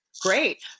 great